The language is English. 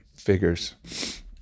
figures